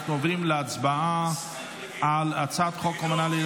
ועדת חינוך,